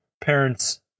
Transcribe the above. parents